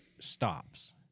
stops